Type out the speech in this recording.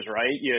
right